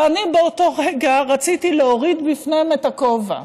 ואני באותו רגע רציתי להוריד בפניהם את הכובע,